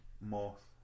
moth